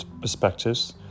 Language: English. perspectives